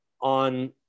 on